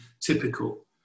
typical